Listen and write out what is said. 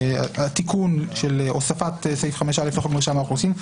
התיקון של הוספת סעיף 5א לחוק מרשם האוכלוסין.